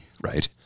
Right